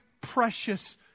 precious